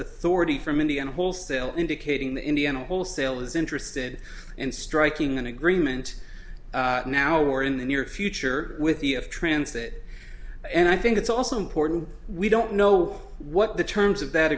authority from indiana wholesale indicating that indiana wholesale is interested in striking an agreement now or in the near future with the of transit and i think it's also important we don't know what the terms of that